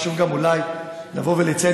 חשוב גם אולי לבוא ולציין,